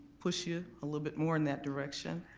push you a little bit more in that direction